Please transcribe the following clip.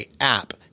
app